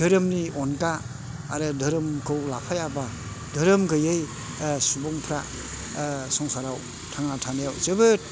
धोरोमनि अनगा आरो धोरोमखौ लाफायाबा धोरोम गैयै सुबुंफ्रा संसाराव थांना थानायाव जोबोद